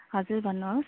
हजुर भन्नुहोस्